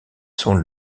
sont